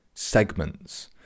segments